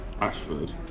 Ashford